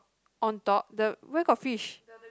on top the where got fish